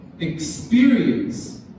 experience